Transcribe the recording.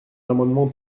amendements